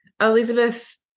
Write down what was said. Elizabeth